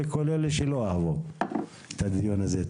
לכל אלה שלא אהבו את הדיון הזה.